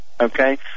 okay